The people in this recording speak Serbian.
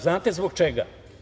Znate zbog čega?